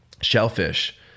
shellfish